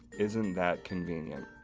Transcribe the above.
isn't that convenient.